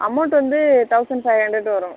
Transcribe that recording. amount வந்து thousand five hundred வரும்